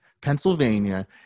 Pennsylvania